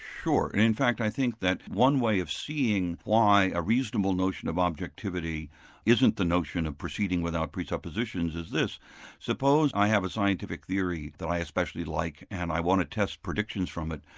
sure, and in fact i think that's one way of seeing why a reasonable notion of objectivity isn't the notion of proceeding without presuppositions is this suppose i have a scientific theory that i especially like and i want to test predictions from it.